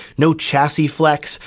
no chassis flex,